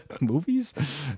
Movies